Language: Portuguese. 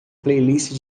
playlist